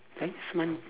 next month